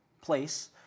place